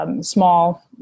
Small